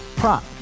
Prop